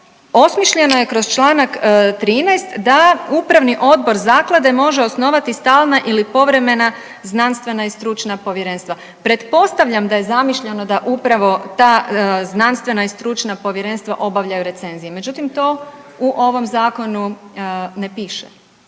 osmišljena je kroz Članak 13. da upravni odbor zaklade može osnovati stalna ili povremena znanstvena i stručna povjerenstva. Pretpostavljam da je zamišljeno da upravo ta znanstvena i stručna povjerenstva obavljaju recenzije međutim to u ovom zakonu ne piše.